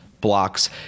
blocks